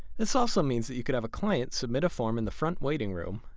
this also means that you could have a client submit a form in the front waiting room,